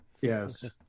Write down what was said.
Yes